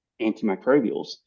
antimicrobials